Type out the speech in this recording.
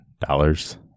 dollars